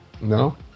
No